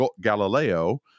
Galileo